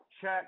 check